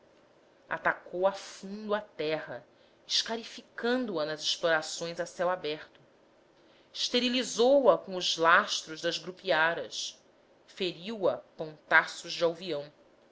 atacou a fundo a terra escarificando a nas explorações a céu aberto esterilizou a com os lastros das grupiaras feriu a a pontaços de alvião